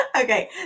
okay